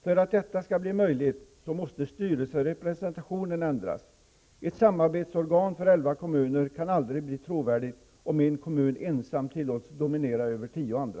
För att detta skall bli möjligt måste styrelserepresentationen ändras. Ett samarbetsorgan för elva kommuner kan aldrig bli trovärdigt om en kommun ensam tillåts dominera över tio andra.